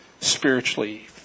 spiritually